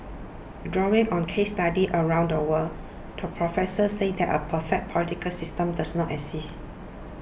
drawing on case studies around the world the professor said that a perfect political system does not exist